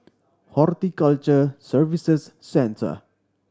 Horticulture Services Centre